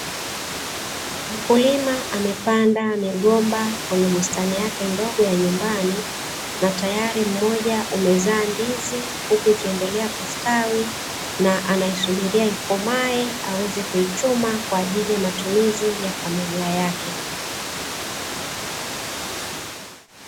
Mkulima amepanda migomba kwenye bustani yake ndogo ya nyumbani na tayari mmoja umezaa ndizi huku ikiendelea kustwahi na anaisubiria ikomae aweze kuichuma kwa ajili ya matumizi ya familia yake.